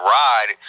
ride